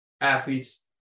athletes